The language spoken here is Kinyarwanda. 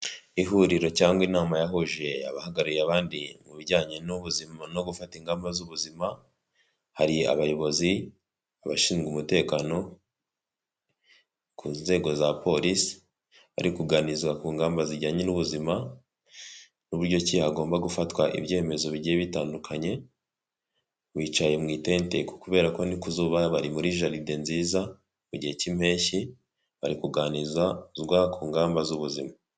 Ihuriro cyangwa inama yahuje abahagarariye abandi mu bijyanye n'ubuzima no gufata ingamba z'ubuzima, hari abayobozi, abashinzwe umutekano, ku nzego za polisi, bari kuganiza ku ngamba zijyanye n'ubuzima, n'uburyo hagomba gufatwa ibyemezo bigiye bitandukanye, bicaye mu itente kubera ko ni kuzuba bari muri jaride nziza mu gihe cy'impeshyi bari kuganizazwa ku ngamba z'ubuzima.